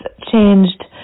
changed